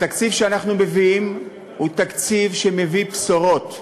התקציב שאנחנו מביאים הוא תקציב שמביא בשורות.